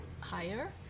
higher